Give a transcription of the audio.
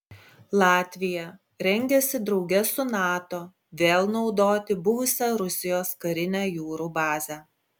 latvija rengiasi drauge su nato vėl naudoti buvusią rusijos karinę jūrų bazę